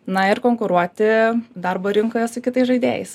na ir konkuruoti darbo rinkoje su kitais žaidėjais